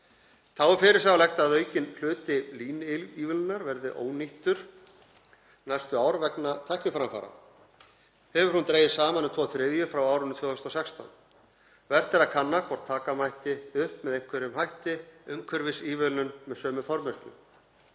er fyrirsjáanlegt að aukinn hluti línuívilnunar verði ónýttur næstu ár vegna tækniframfara. Hefur hún dregist saman um tvo þriðju frá árinu 2016. Vert er að kanna hvort taka mætti upp með einhverjum hætti umhverfisívilnun með sömu formerkjum.